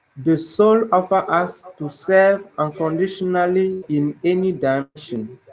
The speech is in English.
the soul offer us ah to serve unconditionally in any dimension.